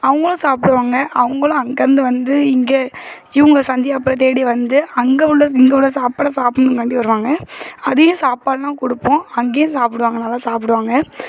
அவங்களும் சாப்பிடுவாங்க அவங்களும் அங்கேயிருந்து வந்து இங்கே இவங்க சந்தியாகப்பர தேடி வந்து அங்கே உள்ள இங்கே உள்ள சாப்பாடை சாப்பிட்ணும்காண்டி வருவாங்க அதையும் சாப்பாடுலாம் கொடுப்போம் அங்கேயும் சாப்பிடுவாங்க நல்லா சாப்பிடுவாங்க